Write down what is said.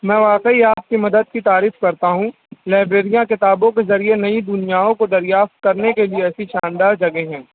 میں واقعی آپ کی مدد کی تعریف کرتا ہوں لائبریریاں کتابوں کے ذریعے نٮٔی دُنیاؤں کو دریافت کرنے کے لیے ایسی شاندار جگہ ہیں